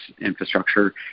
infrastructure